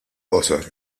qosor